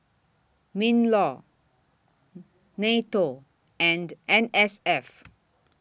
MINLAW NATO and N S F